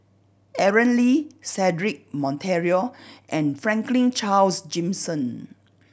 Aaron Lee Cedric Monteiro and Franklin Charles Gimson